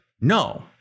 No